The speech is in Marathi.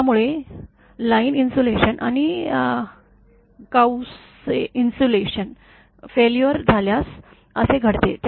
त्यामुळे लाईन इन्सुलेशन आणि काऊसे इन्सुलेशन फेल्युअर झाल्यास असे घडेल